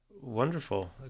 Wonderful